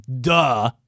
Duh